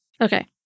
Okay